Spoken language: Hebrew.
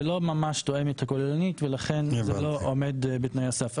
זה לא ממש תואם את הכוללנית ולכן זה לא עומד בתנאי הסף,